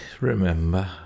remember